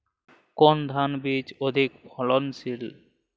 কোন ধান বীজ অধিক ফলনশীল?